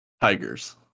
Tigers